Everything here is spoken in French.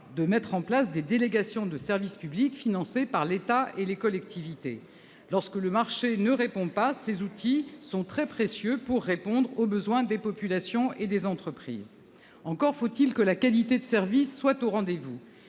de mettre en place des délégations de service public financées par l'État et les collectivités. Lorsque le marché ne répond pas, ces outils sont très précieux pour répondre aux besoins des populations et des entreprises. Encore faut-il que la qualité de service soit au rendez-vous